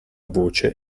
voce